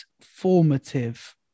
formative